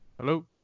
hello